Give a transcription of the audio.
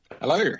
Hello